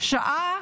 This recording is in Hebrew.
ששעה